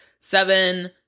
seven